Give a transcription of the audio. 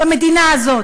במדינה הזאת.